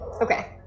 Okay